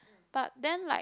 but then like